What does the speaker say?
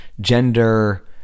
gender